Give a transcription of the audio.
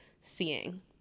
seeing